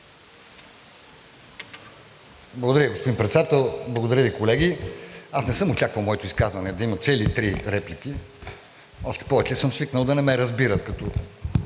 Благодаря, господин Председател. Благодаря Ви, колеги. Аз не съм очаквал моето изказване да има цели три реплики, още повече съм свикнал да не ме разбират, по